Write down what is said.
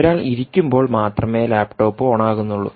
ഒരാൾ ഇരിക്കുമ്പോൾ മാത്രമേ ലാപ്ടോപ്പ് ഓൺ ആകുന്നുള്ളൂ